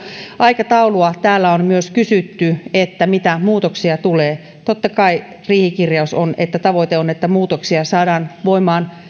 aikataulua täällä on myös kysytty mitä muutoksia tulee totta kai riihikirjaus on että tavoite on että muutoksia saadaan voimaan